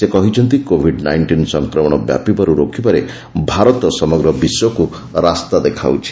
ସେ କହିଛନ୍ତି covid nineteen ସଂକ୍ରମଣ ବ୍ୟାପିବାରୁ ରୋକିବାରେ ଭାରତ ସମଗ୍ର ବିଶ୍ୱକୁ ରାସ୍ତା ଦେଖାଉଛି